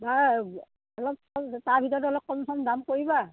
আ অলপ তাৰ ভিতৰতে অলপ কম চম দাম কৰিবা